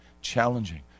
challenging